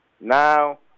Now